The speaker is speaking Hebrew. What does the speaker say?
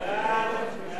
מי בעד?